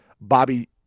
Bobby